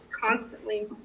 constantly